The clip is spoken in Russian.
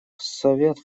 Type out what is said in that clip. совет